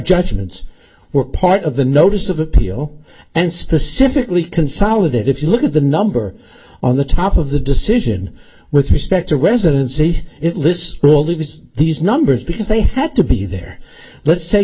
judgments were part of the notice of appeal and specifically consolidated if you look at the number on the top of the decision with respect to residency it lists relieves these numbers because they had to be there let's